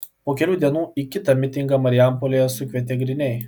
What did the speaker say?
po kelių dienų į kitą mitingą marijampolėje sukvietė griniai